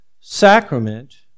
sacrament